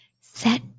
set